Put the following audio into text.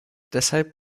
deshalb